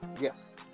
Yes